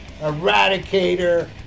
Eradicator